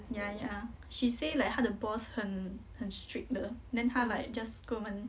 ya ya she say like 她的 boss 很很 strict 的 then 她 like just 跟我们